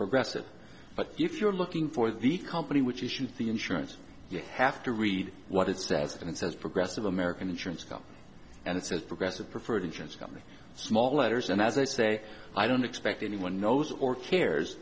progressive but if you're looking for the company which issued the insurance you have to read what it says and it says progressive american insurance co and it says progressive preferred insurance company small letters and as i say i don't expect anyone knows or cares